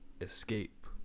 escape